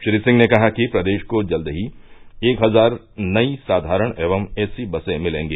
श्री सिंह ने कहा कि प्रदेश को जल्द ही एक हजार नई साधारण एवं एसी बसें मिलेंगी